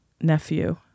Nephew